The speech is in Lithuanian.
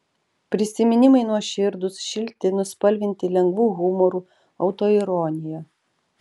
prisiminimai nuoširdūs šilti nuspalvinti lengvu humoru autoironija